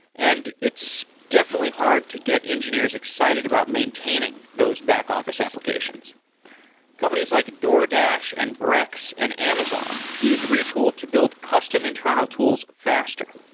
and it's definitely hard to get engineers excited about maintaining those back-office applications companies like doordash and brex and amazon use retool to build custom internal tools faster.